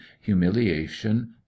humiliation